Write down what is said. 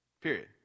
Period